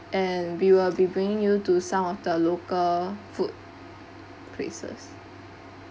and we will be bringing you to some of the local food places